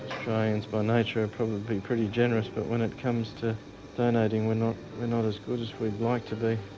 australians by nature are probably pretty generous but when it comes to donating we're not we're not as good as we would like to be.